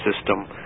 system